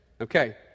Okay